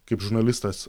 kaip žurnalistas